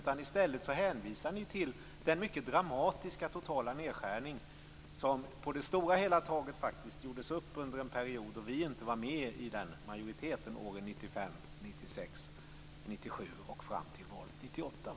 I stället hänvisar ni till den mycket dramatiska totala nedskärning som på det hela taget gjordes upp under en period då vi inte var med. Vi var inte med i majoriteten från